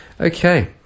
Okay